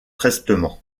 prestement